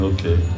Okay